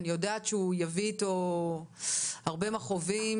אני יודעת שהוא יביא אתו הרבה מכאובים